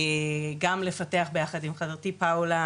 גם לפתח ביחד עם חברתי פאולה,